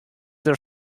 der